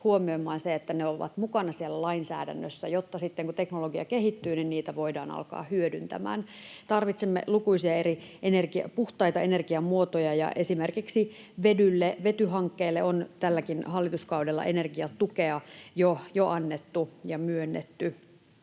huomioimaan se, että ne ovat mukana siellä lainsäädännössä, jotta sitten kun teknologia kehittyy, niitä voidaan alkaa hyödyntämään. Tarvitsemme lukuisia eri puhtaita energiamuotoja, ja esimerkiksi vedylle, vetyhankkeelle on tälläkin hallituskaudella energiatukea jo annettu ja myönnetty.